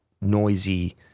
noisy